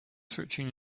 switching